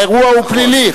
האירוע הוא פלילי,